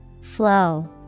Flow